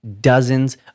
dozens